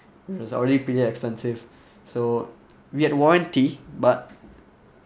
it was already pretty expensive so we had warranty but